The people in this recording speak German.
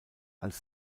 als